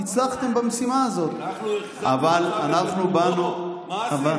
אבל אנחנו באנו --- אדוני היושב-ראש,